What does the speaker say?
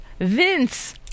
Vince